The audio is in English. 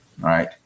right